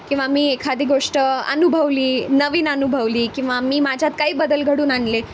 किंवा मी एखादी गोष्ट अनुभवली नवीन अनुभवली किंवा मी माझ्यात काही बदल घडून आणले